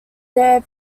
there